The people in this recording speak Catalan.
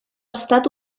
estat